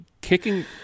kicking